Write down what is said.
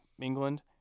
England